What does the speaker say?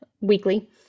weekly